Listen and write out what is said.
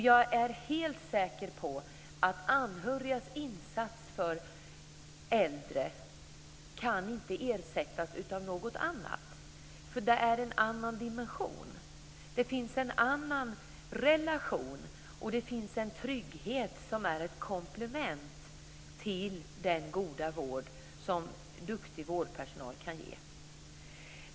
Jag är helt säker på att anhörigas insatser för äldre inte kan ersättas av något annat. Det har en annan dimension. Det finns en annan relation och en trygghet som är ett komplement till den goda vård som duktig vårdpersonal kan ge.